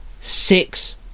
Six